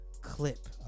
clip